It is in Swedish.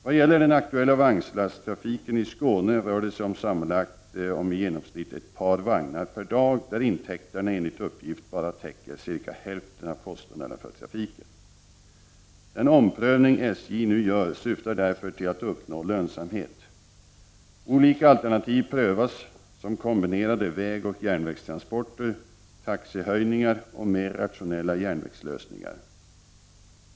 Vad gäller den aktuella vagnslasttrafiken i Skåne rör det sig sammanlagt om i genomsnitt ett par vagnar per dag där intäkterna enligt uppgift bara täcker cirka hälften av kostnaderna för trafiken. Den omprövning SJ nu gör syftar därför till att uppnå lönsamhet. Olika alternativ prövas som kombinerade vägoch järnvägstransporter, taxehöjningar och mer rationella järn 31 vägslösningar.